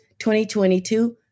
2022